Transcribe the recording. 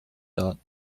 thought